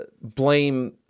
blame